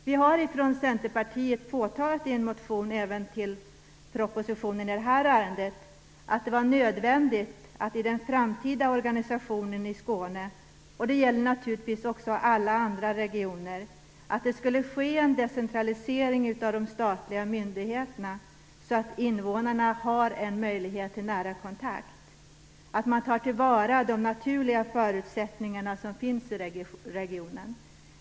Vi i Centerpartiet har i en motion till propositionen i det här ärendet påtalat att det var nödvändigt i den framtida organisationen i Skåne - det gäller naturligtvis också alla andra regioner - att det skulle ske en decentralisering av de statliga myndigheterna så att invånarna har en möjlighet till nära kontakt och så att man tar tillvara de naturliga förutsättningarna som finns i regionen.